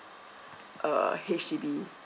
err H_D_B